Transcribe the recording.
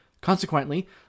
consequently